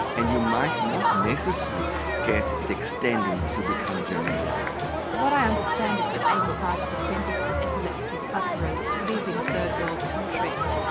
and you might not necessarily get it extending to become generalised. what i understand is that eighty five per cent of epilepsy sufferers live in third world countries.